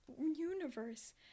universe